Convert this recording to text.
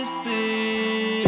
see